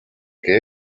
que